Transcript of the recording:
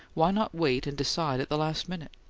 why not wait and decide at the last minute?